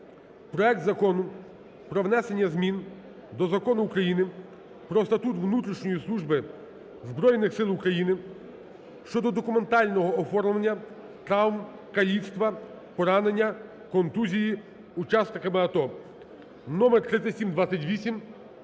проект Закону про внесення змін до Закону України "Про Статут внутрішньої служби Збройних Сил України" (щодо документального оформлення травм (каліцтва, поранення, контузії) учасникам АТО) (№ 3728).